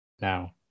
now